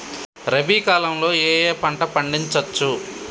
రబీ కాలంలో ఏ ఏ పంట పండించచ్చు?